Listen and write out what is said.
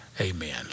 Amen